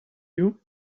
you